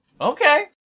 Okay